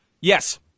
Yes